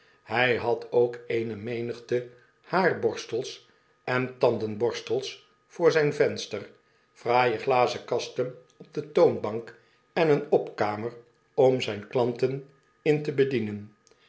hij had ook eene menigte haarborstels en tandenborstels voor zijn venster fraaie glazenkasten op de toonbank en eene opkamer om zyne klanten in te bedienen